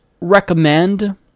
recommend